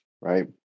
right